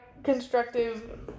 constructive